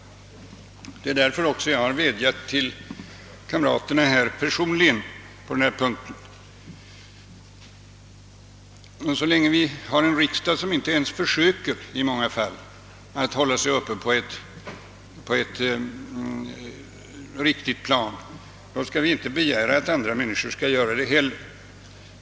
Det är också därför jag har vädjat personligen till kamraterna på denna punkt. Så länge vi har en riksdag, som i många fall inte ens försöker att hålla sig uppe på ett riktigt plan, skall vi inte heller begära att andra människor skall göra det.